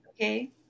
Okay